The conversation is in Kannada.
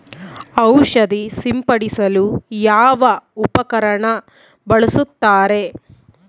ಔಷಧಿ ಸಿಂಪಡಿಸಲು ಯಾವ ಉಪಕರಣ ಬಳಸುತ್ತಾರೆ?